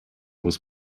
was